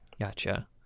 Gotcha